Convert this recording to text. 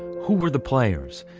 who were the players?